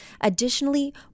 Additionally